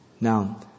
Now